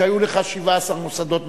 כאשר היו לך 17 מוסדות מצוינים.